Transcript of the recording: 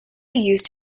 used